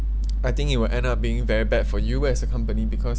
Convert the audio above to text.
I think it will end up being very bad for you as a company because